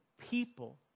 people